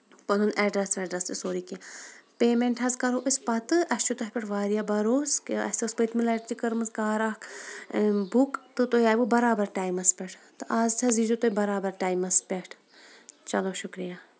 پَنُن ایڈریس ویڈریس تہِ سورُے کیٚنٛہہ پیمینٹ حظ کَرہو أسۍ پَتہٕ اَسہِ چھُ تۄہہِ پٮ۪ٹھ واریاہ بَروسہٕ اَسہِ اوس پٔتمہِ لَٹہِ تہِ کٔرمٕژ کار اکھ بُک تہٕ تُہۍ آیہ وٕ برابر ٹایمَس پٮ۪ٹھ تہٕ آز تہِ حظ یہِ زیو تُہۍ برابر ٹایمَس پٮ۪ٹھ چلو شُکرِیا